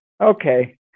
Okay